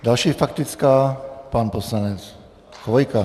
Další faktická pan poslanec Chvojka.